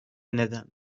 neden